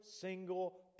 single